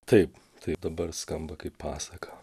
taip tai dabar skamba kaip pasaka